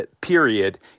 period